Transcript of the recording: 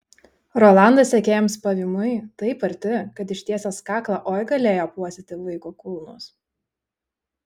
rolandas sekėjams pavymui taip arti kad ištiesęs kaklą oi galėjo apuostyti vaiko kulnus